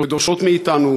ודורשות מאתנו,